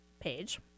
page